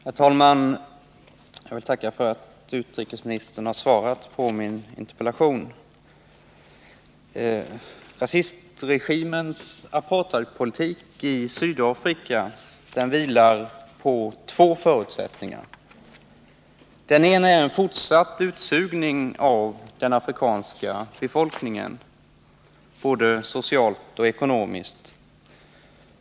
Herr talman! Jag vill tacka för att utrikesministern svarat på min interpellation. Rasistregimens apartheidpolitik i Sydafrika vilar på två förutsättningar. Den ena är en fortsatt utsugning av den afrikanska befolkningen både socialt och ekonomiskt.